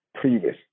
previous